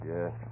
Yes